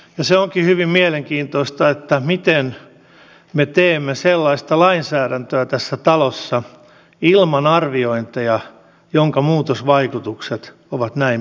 ja se onkin hyvin mielenkiintoista miten me teemme tässä talossa ilman arviointeja sellaista lainsäädäntöä jonka muutosvaikutukset ovat näin mittavat